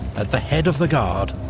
at the head of the guard,